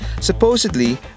Supposedly